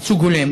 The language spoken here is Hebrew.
ייצוג הולם,